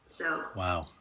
Wow